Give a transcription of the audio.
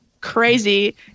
crazy